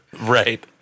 Right